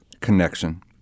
connection